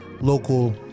local